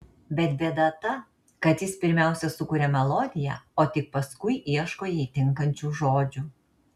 bet bėda ta kad jis pirmiausia sukuria melodiją o tik paskui ieško jai tinkančių žodžių